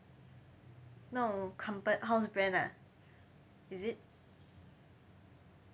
no comfort house brand ah is it